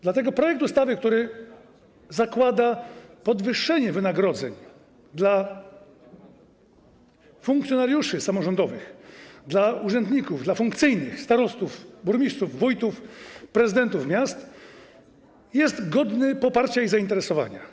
Dlatego projekt ustawy, który zakłada podwyższenie wynagrodzeń dla funkcjonariuszy samorządowych, dla urzędników, dla funkcyjnych, starostów, burmistrzów, wójtów i prezydentów miast, jest godny poparcia i zainteresowania.